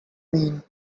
mean